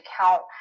count